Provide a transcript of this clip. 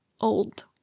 old